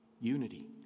Unity